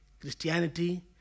Christianity